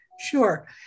Sure